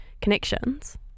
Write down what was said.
connections